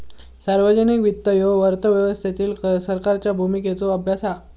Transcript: सार्वजनिक वित्त ह्यो अर्थव्यवस्थेतील सरकारच्या भूमिकेचो अभ्यास असा